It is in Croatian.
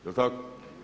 Jel' tako?